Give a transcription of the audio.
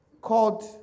called